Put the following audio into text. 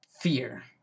fear